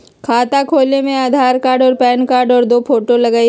खाता खोले में आधार कार्ड और पेन कार्ड और दो फोटो लगहई?